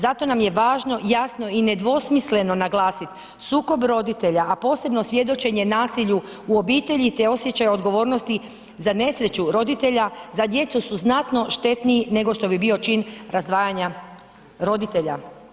Zato nam je važno jasno i nedvosmisleno naglasiti, sukob roditelja a posebno svjedočenje nasilju u obitelji te osjećaj odgovornosti za nesreću roditelja za djecu su znatno štetniji nego što bi bio čin razdvajanja roditelja.